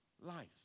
life